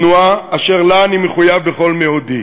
תנועה אשר לה אני מחויב בכל מאודי?